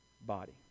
body